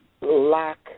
lack